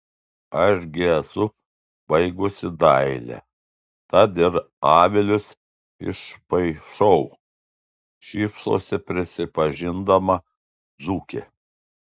aš gi esu baigusi dailę tad ir avilius išpaišau šypsosi prisipažindama dzūkė